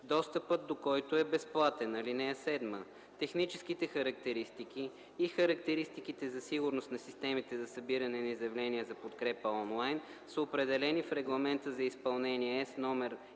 достъпът до който е безплатен. (7) Техническите характеристики и характеристиките за сигурност на системите за събиране на изявления за подкрепа онлайн са определени в Регламента за изпълнение (ЕС)